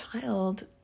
child